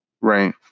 Right